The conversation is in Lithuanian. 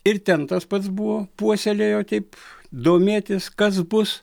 ir ten tas pats buvo puoselėjo taip domėtis kas bus